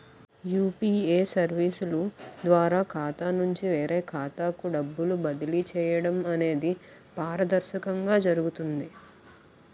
UPA సర్వీసుల ద్వారా ఖాతా నుంచి వేరే ఖాతాకు డబ్బులు బదిలీ చేయడం అనేది పారదర్శకంగా జరుగుతుంది